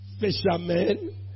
Fishermen